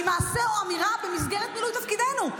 ממעשה או אמירה במסגרת מילוי תפקידנו,